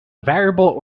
variable